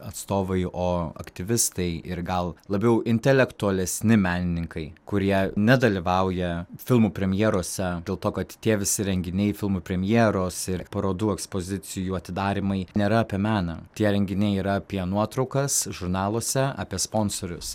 atstovai o aktyvistai ir gal labiau intelektualesni menininkai kurie nedalyvauja filmų premjerose dėl to kad tie visi renginiai filmų premjeros ir parodų ekspozicijų atidarymai nėra apie meną tie renginiai yra apie nuotraukas žurnaluose apie sponsorius